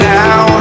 now